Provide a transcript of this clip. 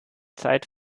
zeit